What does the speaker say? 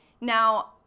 Now